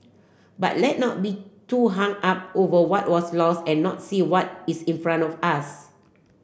but let not be too hung up over what was lost and not see what is in front of us